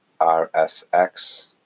RSX